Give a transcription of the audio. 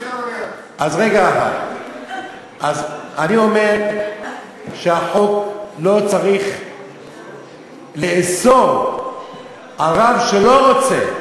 אז אני אומר שהחוק לא צריך לאסור על רב שלא רוצה,